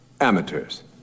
amateurs